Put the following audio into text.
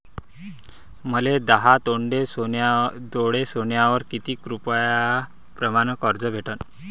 मले दहा तोळे सोन्यावर कितीक रुपया प्रमाण कर्ज भेटन?